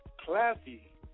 Classy